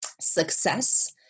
success